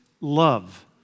love